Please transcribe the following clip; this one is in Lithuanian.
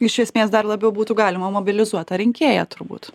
iš esmės dar labiau būtų galima mobilizuot tą rinkėją turbūt